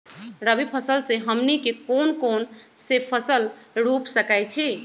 रबी फसल में हमनी के कौन कौन से फसल रूप सकैछि?